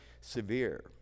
severe